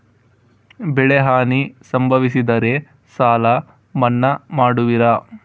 ಬೆಳೆಹಾನಿ ಸಂಭವಿಸಿದರೆ ಸಾಲ ಮನ್ನಾ ಮಾಡುವಿರ?